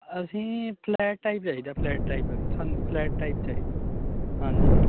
ਅਸੀਂ flat type ਚਾਹੀਦਾ flat type ਸਾਨੂੰ ਫਲੈਟ ਟਾਈਪ ਚਾਹੀਦਾ ਜੀ ਹਾਂਜੀ